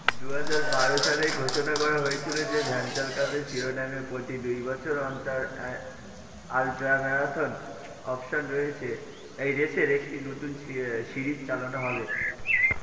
দু হাজার বারো সালে ঘোষণা করা হয়েছিল যে ভ্যাঞ্চাল কাপের শিরোনামে প্রতি দুই বছর অন্তর আলট্র ম্যারাথন অপশন রয়েছে এই রেসের একটি নতুন সি সিরিজ চালানো হবে